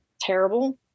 terrible